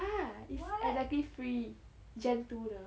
ya it's exactly free gen two 的